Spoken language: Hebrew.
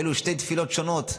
אלו שתי תפילות שונות.